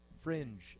Fringe